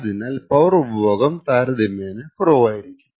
ആയതിനാൽ പവർ ഉപഭോഗം താരതമ്യേന കുറവായിരിക്കും